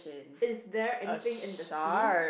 is there anything in the sea